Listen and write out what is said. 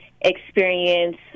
experience